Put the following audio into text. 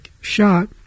shot